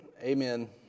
amen